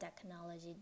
technology